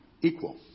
equal